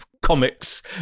comics